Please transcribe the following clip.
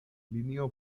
linio